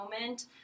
moment